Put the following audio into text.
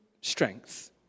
strength